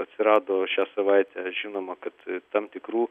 atsirado šią savaitę žinoma kad tam tikrų